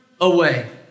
away